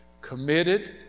Committed